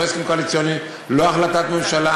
לא הסכם קואליציוני ולא החלטת ממשלה,